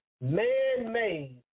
Man-made